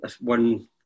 one